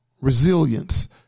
resilience